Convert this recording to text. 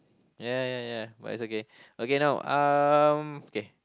ya ya ya but it's okay okay now um okay